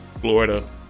Florida